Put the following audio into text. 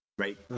Right